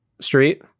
street